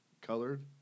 colored